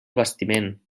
bastiment